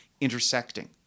intersecting